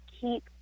keep